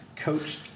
coached